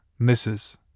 Mrs